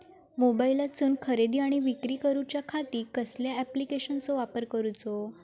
मोबाईलातसून खरेदी आणि विक्री करूच्या खाती कसल्या ॲप्लिकेशनाचो वापर करूचो?